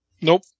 Nope